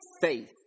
faith